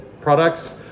products